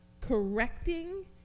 correcting